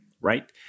right